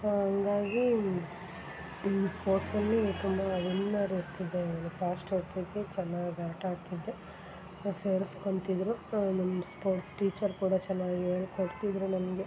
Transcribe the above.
ಹಂಗಾಗಿ ಇಲ್ಲಿ ಸ್ಪೋರ್ಟ್ಸಲ್ಲಿ ತುಂಬ ವಿನ್ನರ್ ಇರ್ತಿದ್ದೆ ಒಳ್ಳೆಯ ಫಾಸ್ಟು ಆಡ್ತಿದ್ದೆ ಚೆನ್ನಾಗಿ ಆಟಾಡ್ತಿದ್ದೆ ಸೇರಿಸ್ಕೊಂತಿದ್ದರು ನಮ್ಮ ಸ್ಪೋರ್ಟ್ಸ್ ಟೀಚರ್ ಕೂಡ ಚೆನ್ನಾಗಿ ಹೇಳ್ಕೊಡ್ತಿದ್ರು ನಮಗೆ